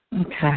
okay